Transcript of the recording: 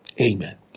amen